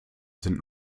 sind